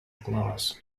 class